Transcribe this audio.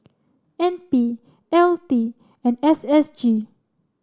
N P L T and S S G